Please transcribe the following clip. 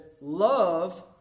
love